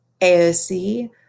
AOC